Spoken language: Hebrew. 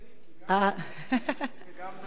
היה ניגוד עניינים כי גם היית סטודנטית וגם היית בהיריון.